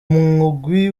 mugwi